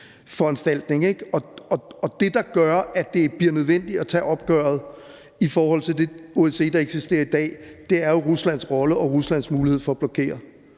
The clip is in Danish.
foranstaltning, og det, der gør, at det bliver nødvendigt at tage opgøret i forhold til det OSCE, der eksisterer i dag, er jo Ruslands rolle og Ruslands mulighed for at blokere.